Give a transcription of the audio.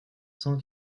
cent